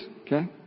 Okay